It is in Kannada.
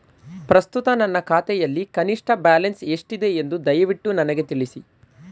ಪ್ರಸ್ತುತ ನನ್ನ ಖಾತೆಯಲ್ಲಿ ಕನಿಷ್ಠ ಬ್ಯಾಲೆನ್ಸ್ ಎಷ್ಟಿದೆ ಎಂದು ದಯವಿಟ್ಟು ನನಗೆ ತಿಳಿಸಿ